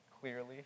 clearly